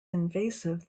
invasive